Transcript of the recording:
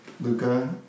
Luca